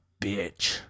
bitch